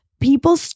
people